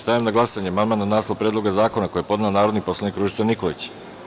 Stavljam na glasanje amandman na naslov Predloga zakona koji je podnela narodni poslanik Ružica Nikolić.